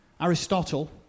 Aristotle